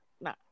nah